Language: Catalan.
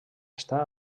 està